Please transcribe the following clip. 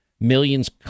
millions